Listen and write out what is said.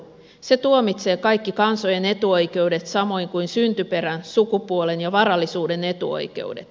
se tuomitsee kaikki kansojen etuoikeudet samoin kuin syntyperän sukupuolen ja varallisuuden etuoikeudet